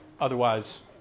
Otherwise